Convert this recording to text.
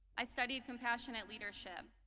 i studied compassionate leadership.